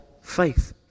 Faith